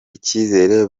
icyizere